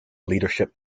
leadership